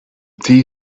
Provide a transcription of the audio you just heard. tea